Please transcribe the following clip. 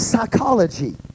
Psychology